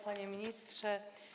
Panie Ministrze!